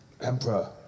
Emperor